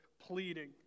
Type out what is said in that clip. pleading